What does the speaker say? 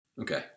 Okay